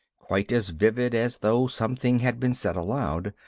quite as vivid as though something had been said aloud.